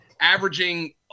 averaging